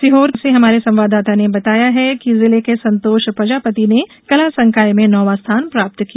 सीहोर से हमारे संवाददाता ने बताया है कि जिले के संतोष प्रजापति ने कला संकाय में नौवां स्थान प्राप्त किया